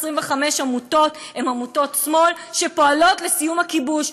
מהן הן עמותות שמאל שפועלות לסיום הכיבוש,